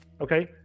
Okay